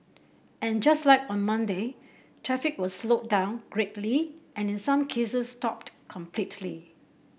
and just like on Monday traffic was slowed down greatly and in some cases stopped completely